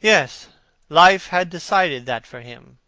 yes life had decided that for him